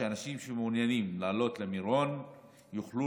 שאנשים שמעוניינים לעלות למירון יוכלו